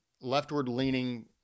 leftward-leaning